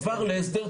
נסגר.